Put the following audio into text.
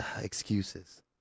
excuses